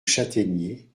chataignier